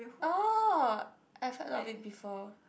oh I've heard of it before